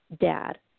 dad